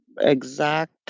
exact